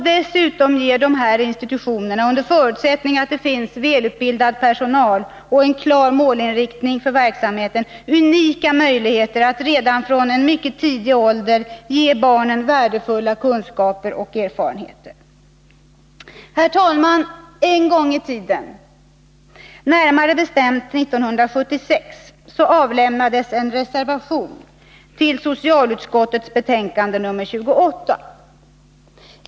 Dessutom ger dessa institutioner, under förutsättning att det finns välutbildad personal och en klar målinriktning för verksamheten, unika möjligheter att ge barnen värdefulla kunskaper och erfarenheter redan från mycket tidig ålder. Herr talman! En gång i tiden, närmare bestämt 1976, avlämnades en reservation till socialutskottets betänkande nr 28.